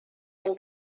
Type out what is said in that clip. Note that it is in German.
den